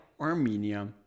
Armenia